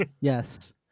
yes